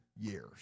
years